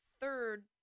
third